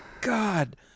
god